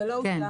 כן זה לא אושר,